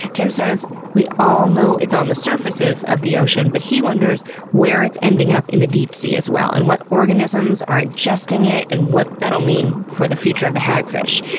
tim says we all know it's on the surfaces of the ocean, but he wonders where it's ending up in the deep sea as well, and what organisms are ingesting it, and what that'll mean for the future of the hagfish.